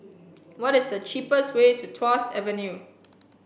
what is the cheapest way to Tuas Avenue